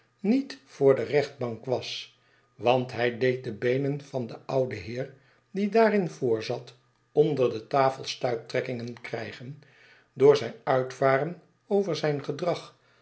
niet voor de rechtbank was want hij deed de beenen van den ouden heer die daarin voorzat onder de tafel stuiptrekkingen krijgen door zijn uitvar en over zijn gedrag